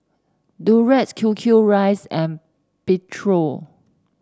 Durex Q Q rice and Pedro